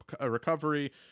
recovery